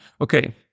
Okay